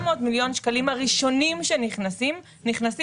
700 מיליון השקלים הראשונים שנכנסים מגיעים